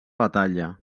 batalla